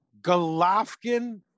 Golovkin